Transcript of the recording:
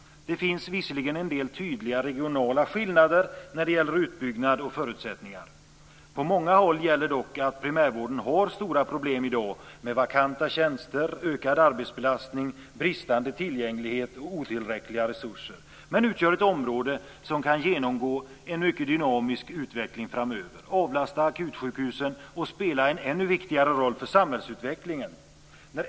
Det finns visserligen en del tydliga regionala skillnader när det gäller utbyggnad och förutsättningar, men på många håll gäller att primärvården i dag har stora problem med vakanta tjänster, ökad arbetsbelastning, bristande tillgänglighet och otillräckliga resurser. Primärvården är dock ett område som kan komma att genomgå en mycket dynamisk utveckling framöver, avlasta akutsjukhusen och spela en ännu viktigare roll för samhällsutvecklingen.